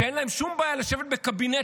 שאין להם שום בעיה לשבת בקבינט,